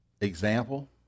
example